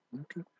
Okay